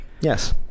Yes